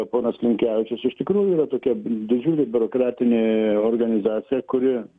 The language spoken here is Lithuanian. ponas linkevičius iš tikrųjų yra tokia didžiulė biurokratinė organizacija kuri